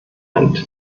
hand